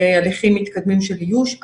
בהליכים מתקדמים של איוש.